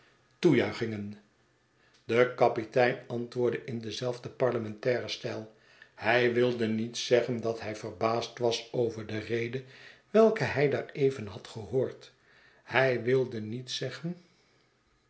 de kapitein antwoordde in denzelfden parlementairen stijl hij wilde niet zeggen dat hij verbaasd was over de rede welke hij daar even had gehoord hij wilde niet zeggen